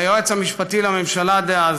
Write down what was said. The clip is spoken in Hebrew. ליועץ המשפטי לממשלה דאז,